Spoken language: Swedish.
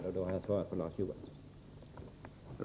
Därmed har jag besvarat Larz Johanssons inlägg.